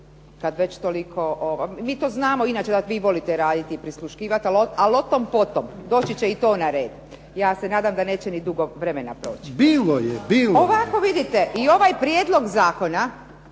kad već toliko… Mi to znamo inače da vi volite radit i prisluškivat, ali o tom potom, doći će i to na red. Ja se nadam da neće ni dugo vremena proći. **Jarnjak, Ivan (HDZ)** Bilo je, bilo je.